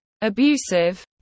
abusive